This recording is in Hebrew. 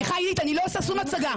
סליחה עידית, אני לא עושה שום הצגה.